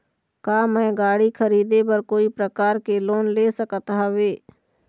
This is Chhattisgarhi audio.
का मैं गाड़ी खरीदे बर कोई प्रकार के लोन ले सकत हावे?